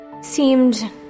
seemed